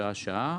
שעה-שעה,